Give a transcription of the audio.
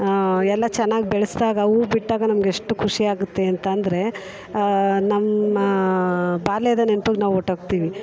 ಎಲ್ಲ ಚೆನ್ನಾಗಿ ಬೆಳೆಸ್ದಾಗ ಹೂ ಬಿಟ್ಟಾಗ ನಮಗೆಷ್ಟು ಖುಷಿಯಾಗುತ್ತೆ ಅಂತ ಅಂದರೆ ನಮ್ಮ ಬಾಲ್ಯದ ನೆನ್ಪಿಗೆ ನಾವು ಹೊರ್ಟು ಹೋಗ್ತೀವಿ